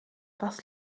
was